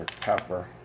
Pepper